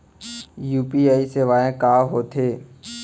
UPI सेवाएं का होथे?